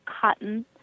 Cotton